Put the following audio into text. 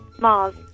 Mars